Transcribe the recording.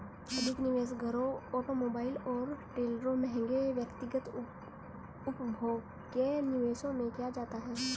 अधिक निवेश घरों ऑटोमोबाइल और ट्रेलरों महंगे व्यक्तिगत उपभोग्य निवेशों में किया जाता है